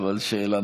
אבל שאלה.